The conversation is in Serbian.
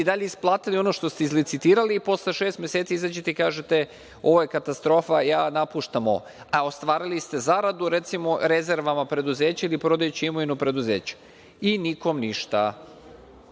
dalje isplatili ono što ste izlicitirali i posle šest meseci izađete i kažete – ovo je katastrofa, ja napuštam ovo, a ostvarili ste zaradu, recimo, rezervama preduzeća ili prodajući imovinu preduzeća, i nikom